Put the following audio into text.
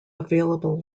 available